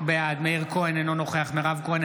בעד מאיר כהן, אינו נוכח